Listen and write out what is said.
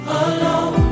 alone